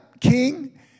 king